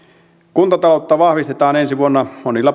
kuntataloutta vahvistetaan ensi vuonna monilla